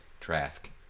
Trask